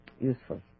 useful